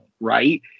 right